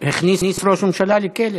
הכניס ראש ממשלה לכלא.